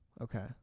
Okay